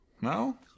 No